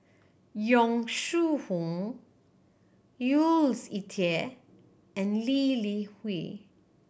Yong Shu Hoong Jules Itier and Lee Li Hui